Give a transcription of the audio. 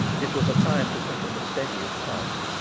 it was a time to quicken the steadiest pulse,